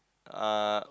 uh